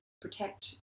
protect